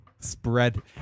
Spread